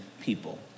people